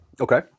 Okay